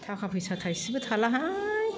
थाखा फैसा थाइसेबो थालाहाय